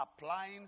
applying